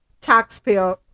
taxpayer